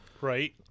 Right